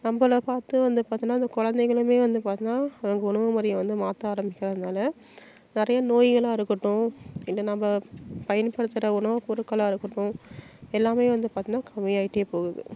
நம்மள பார்த்து வந்து பார்த்திங்கன்னா அந்த கொழந்தைகளுமே வந்து பார்த்திங்கன்னா அவங்க உணவு முறையை வந்து மாற்ற ஆரம்பிக்கிறதுனால நிறைய நோய்களாக இருக்கட்டும் இல்லை நம்ம பயன்படுத்துகிற உணவுப் பொருட்களாக இருக்கட்டும் எல்லாம் வந்து பார்த்திங்கன்னா கம்மியாகிட்டே போகுது